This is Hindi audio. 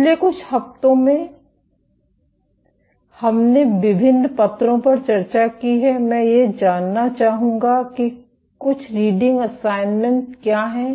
पिछले कुछ हफ्तों में पिछले कुछ हफ्तों में हमने विभिन्न पत्रों पर चर्चा की है मैं यह जानना चाहूंगा कि कुछ रीडिंग असाइनमेंट क्या हैं